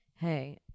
hey